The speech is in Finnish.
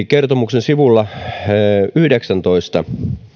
kertomuksen sivulla yhdeksääntoista